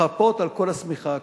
ולחפות על כל השמיכה הקצרה.